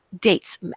dates